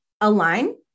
align